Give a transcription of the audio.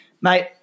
Mate